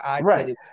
Right